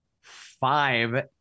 five